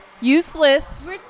Useless